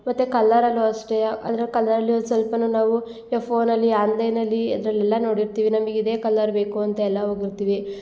ಮತ್ತು ಕಲ್ಲರಲ್ಲೂ ಅಷ್ಟೆ ಆದ್ರೆ ಕಲ್ಲರಲ್ಲು ಸ್ವಲ್ಪನೂ ನಾವು ಈಗ ಫೋನಲ್ಲಿ ಆನ್ಲೈನಲ್ಲಿ ಅದರಲ್ಲೆಲ್ಲ ನೋಡಿರ್ತೀವಿ ನಮ್ಗೆ ಇದೆ ಕಲರ್ ಬೇಕು ಅಂತ ಎಲ್ಲ ಹೋಗಿರ್ತೀವಿ